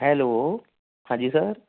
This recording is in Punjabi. ਹੈਲੋ ਹਾਂਜੀ ਸਰ